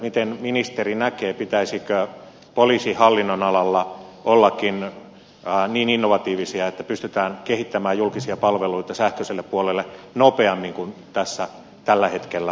miten ministeri näkee pitäisikö poliisihallinnon alalla ollakin niin innovatiivisia että pystytään kehittämään julkisia palveluita sähköiselle puolelle nopeammin kuin tässä tällä hetkellä näyttää